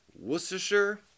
Worcestershire